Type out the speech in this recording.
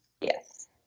Yes